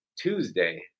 Tuesday